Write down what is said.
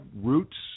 roots